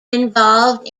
involved